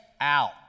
out